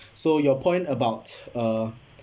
so your point about uh